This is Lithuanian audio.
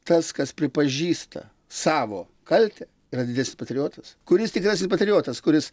tas kas pripažįsta savo kaltę yra didesnis patriotas kuris tikrasis patriotas kuris